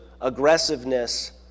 aggressiveness